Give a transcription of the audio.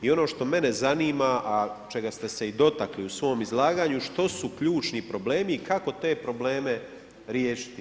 I ono što mene zanima, a čega ste se dotakli u svom izlaganju, što su ključni problemi i kako te probleme riješiti?